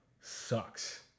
sucks